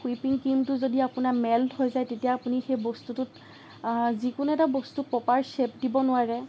whipping ক্ৰিমটো যদি আপোনাৰ মেল্ট হৈ যায় তেতিয়া আপুনি সেই বস্তুটো যিকোনো এটা বস্তু প্ৰপাৰ চেপ দিব নোৱাৰে